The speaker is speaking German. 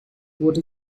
wurde